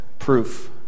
Proof